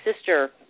sister